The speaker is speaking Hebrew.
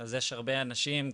אז יש הרבה אנשים,